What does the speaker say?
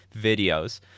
videos